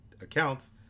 accounts